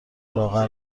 لاغر